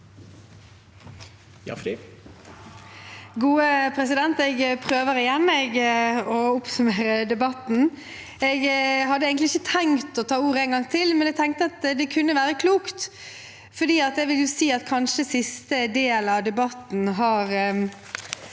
(A) Jeg prøver igjen å oppsummere debatten. Jeg hadde egentlig ikke tenkt å ta ordet en gang til, men jeg tenkte det kunne være klokt, for jeg vil jo si at siste del av debatten kanskje